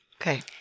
Okay